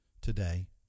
today